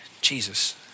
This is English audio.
Jesus